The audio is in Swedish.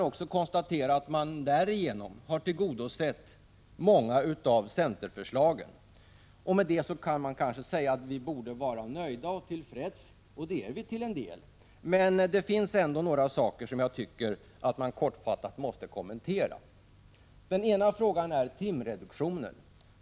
Vi kan konstatera att man därigenom har tillgodosett också många av centerförslagen. Det kan då kanske sägas att vi borde vara nöjda och till freds, och det är vi till en del, men det finns ändå några saker som jag tycker att jag kortfattat måste kommentera. Den ena frågan är timreduktionen.